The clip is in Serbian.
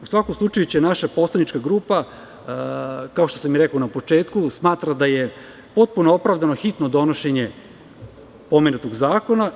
U svakom slučaju naša poslanička grupa, kao što sam i rekao na početku, smatra da je potpuno opravdano hitno donošenje pomenutog zakona.